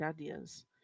ideas